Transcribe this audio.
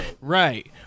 Right